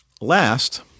last